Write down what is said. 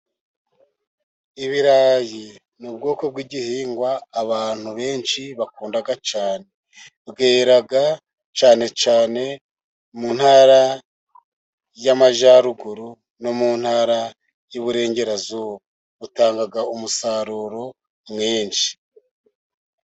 Ibirayi ni ubwoko bw'igihingwa abantu benshi bakunda cyane, bwera cyane cyane mu Ntara y'Amajyaruguru no mu Ntara y'Iburengerazuba. Bitanga umusaruro mwinshi.